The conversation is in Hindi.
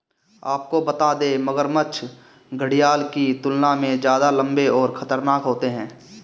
आपको बता दें, मगरमच्छ घड़ियाल की तुलना में ज्यादा लम्बे और खतरनाक होते हैं